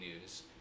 news